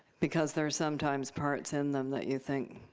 because there are sometimes parts in them that you think,